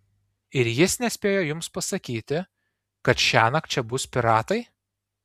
ir jis nespėjo jums pasakyti kad šiąnakt čia bus piratai